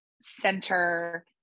center